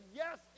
yes